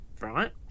Right